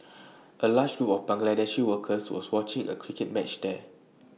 A large group of Bangladeshi workers was watching A cricket match there